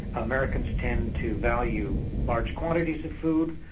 americans tend to value large quantities of food,